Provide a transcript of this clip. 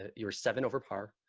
ah you were seven over par.